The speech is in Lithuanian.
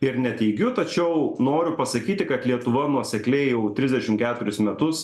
ir neteigiu tačiau noriu pasakyti kad lietuva nuosekliai jau trisdešim keturis metus